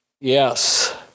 Yes